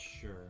Sure